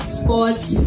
sports